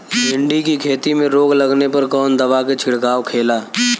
भिंडी की खेती में रोग लगने पर कौन दवा के छिड़काव खेला?